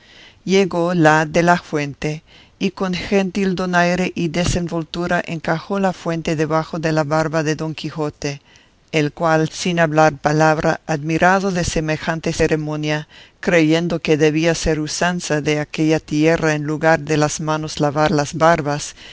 llegó la de la fuente y con gentil donaire y desenvoltura encajó la fuente debajo de la barba de don quijote el cual sin hablar palabra admirado de semejante ceremonia creyendo que debía ser usanza de aquella tierra en lugar de las manos lavar las barbas